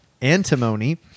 antimony